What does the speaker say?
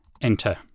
enter